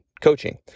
coaching